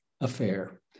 affair